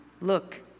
look